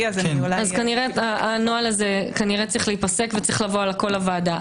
כנראה הנוהל הזה צריך להיפסק והכול צריך לבוא לוועדה.